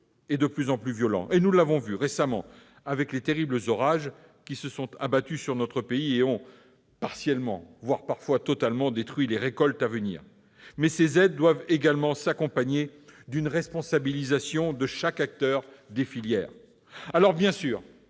et de plus en plus violents. Nous l'avons vu récemment avec les terribles orages qui se sont abattus sur notre pays et ont partiellement- parfois, totalement -détruit les récoltes à venir. Ces aides doivent également s'accompagner d'une responsabilisation de chaque acteur au sein des filières. Bien sûr,